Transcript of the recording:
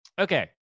Okay